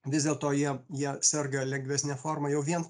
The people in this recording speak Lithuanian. vis dėlto jie jie serga lengvesne forma jau vien